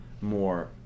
more